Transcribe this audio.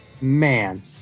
Man